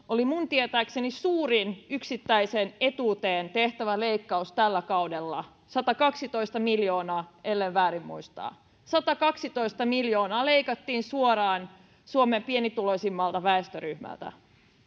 oli minun tietääkseni suurin yksittäiseen etuuteen tehtävä leikkaus tällä kaudella satakaksitoista miljoonaa ellen väärin muista satakaksitoista miljoonaa leikattiin suoraan suomen pienituloisimmalta väestöryhmältä